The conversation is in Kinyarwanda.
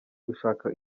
gushaka